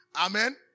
Amen